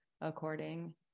according